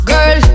Girl